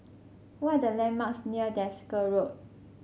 what are the landmarks near Desker Road